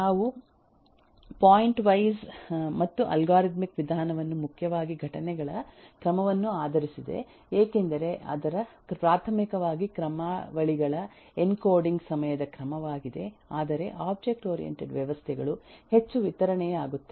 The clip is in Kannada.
ನಾವು ಪಾಯಿಂಟ್ ವೈಸ್ ಮತ್ತು ಅಲ್ಗಾರಿದಮಿಕ್ ವಿಧಾನವನ್ನು ಮುಖ್ಯವಾಗಿ ಘಟನೆಗಳ ಕ್ರಮವನ್ನು ಆಧರಿಸಿದೆ ಏಕೆಂದರೆ ಅದರ ಪ್ರಾಥಮಿಕವಾಗಿ ಕ್ರಮಾವಳಿಗಳ ಎನ್ಕೋಡಿಂಗ್ ಸಮಯದ ಕ್ರಮವಾಗಿದೆ ಆದರೆ ಒಬ್ಜೆಕ್ಟ್ ಓರಿಯಂಟೆಡ್ ವ್ಯವಸ್ಥೆಗಳು ಹೆಚ್ಚು ವಿತರಣೆಯಾಗುತ್ತವೆ